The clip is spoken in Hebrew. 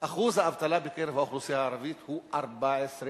אחוז האבטלה בקרב האוכלוסייה הערבית הוא 14%,